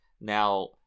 now